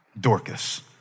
Dorcas